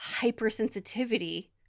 hypersensitivity